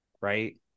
right